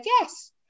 Yes